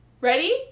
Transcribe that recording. Ready